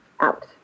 Out